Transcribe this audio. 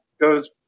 goes